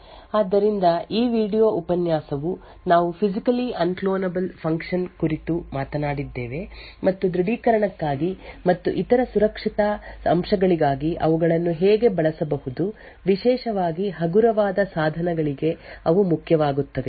hello ಮತ್ತು ಈ video ಉಪನ್ಯಾಸಕ್ಕೆ ಸುಸ್ವಾಗತ ಆದ್ದರಿಂದ ಈ ವೀಡಿಯೊ ಉಪನ್ಯಾಸವು ನಾವು ಫಿಸಿಕಲಿ ಆನ್ ಕ್ಲೋನಬಲ್ ಫಂಕ್ಷನ್ ಕುರಿತು ಮಾತನಾಡಿದ್ದೇವೆ ಮತ್ತು ದೃಢೀಕರಣಕ್ಕಾಗಿ ಮತ್ತು ಇತರ ಸುರಕ್ಷತಾ ಅಂಶಗಳಿಗಾಗಿ ಅವುಗಳನ್ನು ಹೇಗೆ ಬಳಸಬಹುದು ವಿಶೇಷವಾಗಿ ಹಗುರವಾದ ಸಾಧನಗಳಿಗೆ ಅವು ಮುಖ್ಯವಾಗುತ್ತವೆ